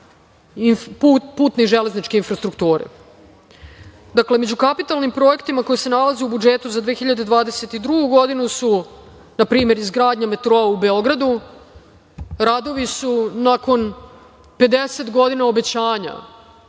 putne i železničke infrastrukture.Među kapitalnim projektima koji se nalaze u budžetu za 2022. godinu su, na primer, izgradnja metroa u Beogradu. Radovi su, nakon 50 godina obećanja,